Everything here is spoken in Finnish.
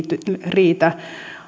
riitä